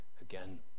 again